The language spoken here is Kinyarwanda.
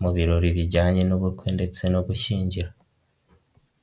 mu birori bijyanye n'ubukwe ndetse no gushyingira.